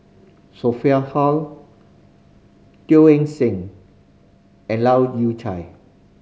Sophia Hull Teo Eng Seng and Leu Yew Chye